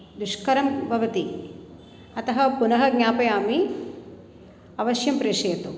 दुष्करं भवति अतः पुनः ज्ञापयामि अवश्यं प्रेषयतु